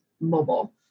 mobile